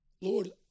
Lord